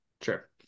Sure